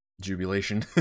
jubilation